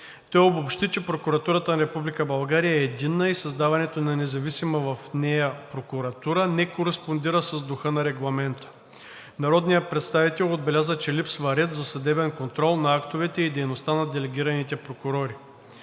Той обобщи, че Прокуратурата на Република България е единна и създаването на независима в нея прокуратура не кореспондира с духа на Регламента. Народният представител отбеляза, че липсва ред за съдебен контрол на актовете и дейността на делегираните прокурори.